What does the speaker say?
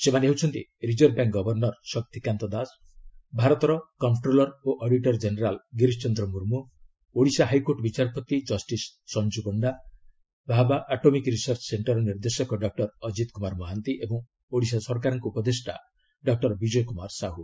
ସେମାନେ ହେଉଛନ୍ତି reserve bank governor Shaktikanta Das ଭାରତର କମ୍ପ୍ରୋଲ୍ର ଓ auditor general Girish Chandra Murmu Odisha high court ବିଚାରପତି ଜଷ୍ଟିସ୍ ସଞ୍ଜୁ ପଶ୍ଚା ଭାବା ଆଟମିକ୍ ରିସର୍ଚ୍ଚ ସେଶ୍ଚର ନିର୍ଦ୍ଦେଶକ ଡକ୍ର ଅକ୍ରିତ କୁମାର ମହାନ୍ତି ଏବଂ ଓଡ଼ିଶା ସରକାରଙ୍କ ଉପଦେଷ୍ଟା ଡକ୍ଟର ବିଜୟ କୁମାର ସାହୁ